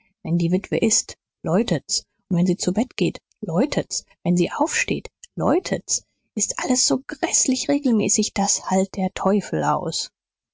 wenn die witwe ißt läutet's wenn sie zu bett geht läutet's wenn sie aufsteht läutet's s ist alles so gräßlich regelmäßig das halt der teufel aus